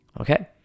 okay